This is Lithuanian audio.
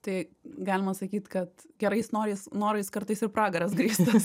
tai galima sakyt kad gerais norais norais kartais ir pragaras grįstas